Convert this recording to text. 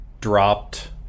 dropped